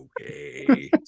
okay